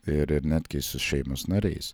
ir netgi su šeimos nariais